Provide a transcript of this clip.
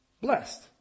blessed